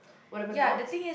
whatever nots